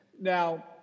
Now